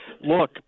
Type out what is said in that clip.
Look